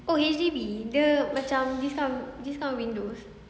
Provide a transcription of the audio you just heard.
oh H_D_B dia macam this kind this kind of windows